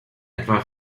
etwa